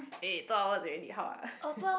eh two hours already how ah